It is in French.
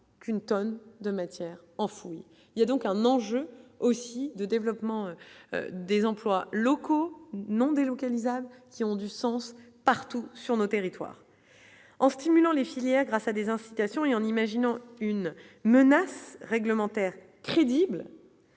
qu'une tonne de matières enfouies, il y a donc un enjeu aussi de développement des emplois locaux non délocalisables qui ont du sens partout sur notre territoire en stimulant les filières, grâce à des incitations et en imaginant une menace réglementaire crédible,